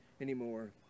anymore